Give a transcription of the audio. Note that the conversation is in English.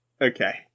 Okay